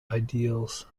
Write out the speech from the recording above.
ideals